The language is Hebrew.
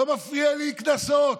לא מפריעים לי קנסות,